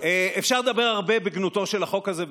אפשר לדבר הרבה בגנותו של החוק הזה,